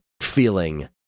feeling